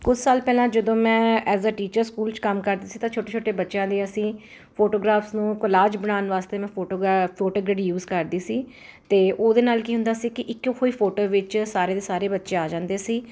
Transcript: ਕੁਝ ਸਾਲ ਪਹਿਲਾਂ ਜਦੋਂ ਮੈਂ ਐਜ ਆ ਟੀਚਰ ਸਕੂਲ 'ਚ ਕੰਮ ਕਰਦੀ ਸੀ ਤਾਂ ਛੋਟੇ ਛੋਟੇ ਬੱਚਿਆਂ ਦੀਆਂ ਅਸੀਂ ਫੋਟੋਗ੍ਰਾਫਸ ਨੂੰ ਕੋਲਾਜ ਬਣਾਉਣ ਵਾਸਤੇ ਮੈਂ ਫੋਟੋਗਰਾ ਫੋਟੋ ਜਿਹੜੀ ਯੂਜ ਕਰਦੀ ਸੀ ਅਤੇ ਉਹਦੇ ਨਾਲ ਕੀ ਹੁੰਦਾ ਸੀ ਕਿ ਇੱਕ ਕੋਈ ਫੋਟੋ ਵਿੱਚ ਸਾਰੇ ਦੇ ਸਾਰੇ ਬੱਚੇ ਆ ਜਾਂਦੇ ਸੀ